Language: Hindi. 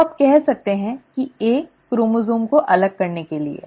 तो आप कह सकते हैं कि ए क्रोमोसोम्स को अलग करने के लिए